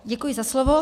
Děkuji za slovo.